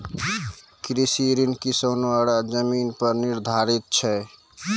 कृषि ऋण किसानो रो जमीन पर निर्धारित छै